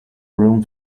room